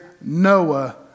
Noah